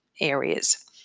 areas